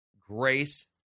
grace